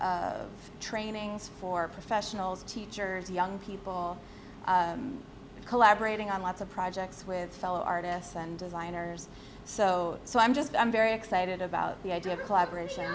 of trainings for professionals teachers young people collaborating on lots of projects with fellow artists and designers so so i'm just i'm very excited about the idea of collaboration